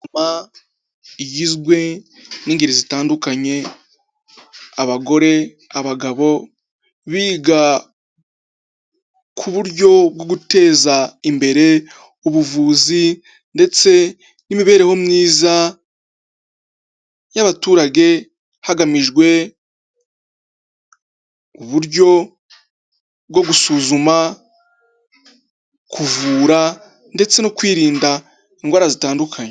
Igizwe n'ingeri zitandukanye abagore abagabo biga ku buryo bwo guteza imbere ubuvuzi ndetse n'imibereho myiza y'abaturage hagamijwe uburyo bwo gusuzuma kuvura ndetse no kwirinda indwara zitandukanye.